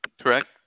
Correct